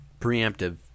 preemptive